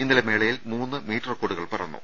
ഇന്നലെ മേളയിൽ മൂന്ന് മീറ്റ് റെക്കോർഡുകൾ പിറന്നു